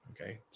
Okay